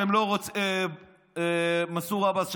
ממנסור עבאס,